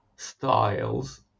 Styles